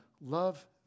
love